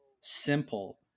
simple